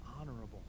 honorable